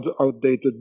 outdated